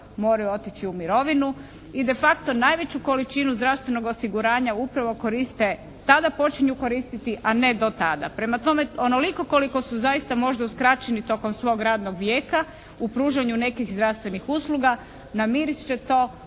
moraju otići u mirovinu. I de facto najveću količinu zdravstvenog osiguranja upravo koriste, tada počinju koristiti, a ne do dana. Prema tome onoliko koliko su zaista možda uskraćeni tokom svog radnog vijeka u pružanju nekih zdravstvenih usluga namirit će u